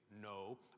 No